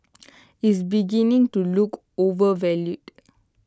is beginning to look overvalued